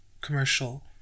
commercial